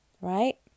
Right